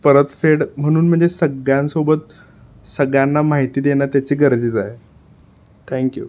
परतफेड म्हणून म्हणजे सगळ्यांसोबत सगळ्यांना माहिती देणं त्याची गरजेचं आहे थँक्यू